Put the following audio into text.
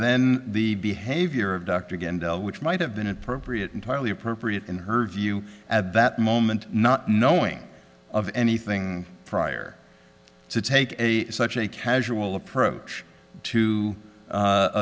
then the behavior of dr again bell which might have been appropriate entirely appropriate in her view at that moment not knowing of anything prior to take a such a casual approach to